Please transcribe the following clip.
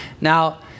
Now